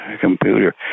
computer